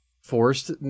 Forced